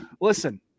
Listen